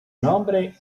nombre